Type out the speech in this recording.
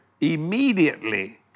immediately